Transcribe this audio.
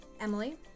Emily